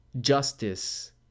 justice